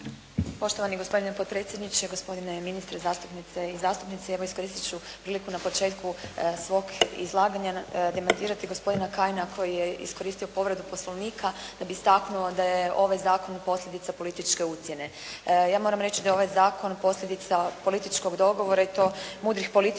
Poštovani gospodine potpredsjedniče, gospodine ministre, zastupnice i zastupnici. Evo iskoristit ću priliku na početku svog izlaganja demantirati gospodina Kajina koji je iskoristio povredu Poslovnika da bi istaknuo da je ovaj zakon posljedica političke ucjene. Ja moram da je ovaj zakon posljedica političkog dogovora i to mudrih političara,